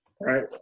right